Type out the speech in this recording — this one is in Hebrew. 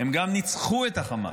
הם גם ניצחו את החמאס,